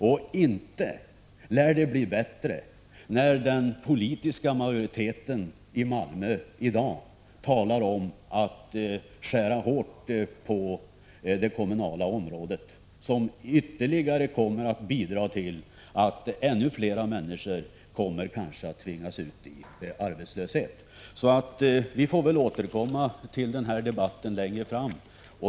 Och inte lär det bli bättre när den politiska majoriteten i Malmö i dag talar om att skära hårt på det kommunala området. Det kommer att bidra till att ännu fler människor kanske kommer att tvingas ut i arbetslöshet. Vi får väl återkomma till den här debatten längre fram.